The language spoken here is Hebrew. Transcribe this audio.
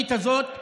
התוכנית הזאת.